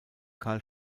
carl